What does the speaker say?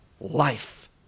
life